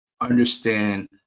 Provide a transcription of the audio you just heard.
understand